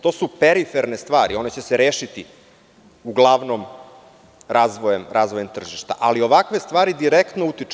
To su periferne stvari, one će se rešiti uglavnom razvojem tržišta, ali ovakve stvari direktno utiču.